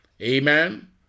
Amen